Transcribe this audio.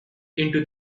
into